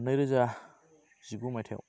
नैरोजा जिगु माइथाइयाव